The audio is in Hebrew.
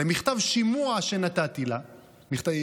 למכתב שימוע שנתתי לה,